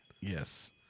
yes